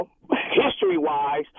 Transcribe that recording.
history-wise